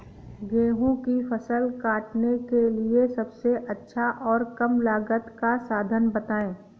गेहूँ की फसल काटने के लिए सबसे अच्छा और कम लागत का साधन बताएं?